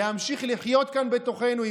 להמשיך לחיות כאן בתוכנו,